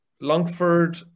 Longford